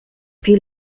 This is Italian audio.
più